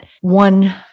one